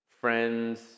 friends